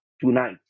tonight